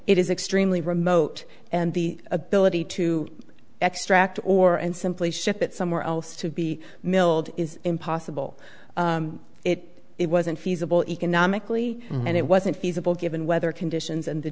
it is extremely remote and the ability to extract or and simply ship it somewhere else to be milled is impossible it it wasn't feasible economically and it wasn't feasible given weather conditions and the